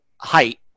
height